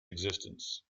existence